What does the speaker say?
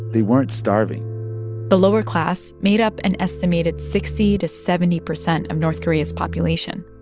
they weren't starving the lower class made up an estimated sixty to seventy percent of north korea's population.